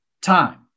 time